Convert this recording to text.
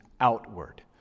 outward